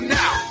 now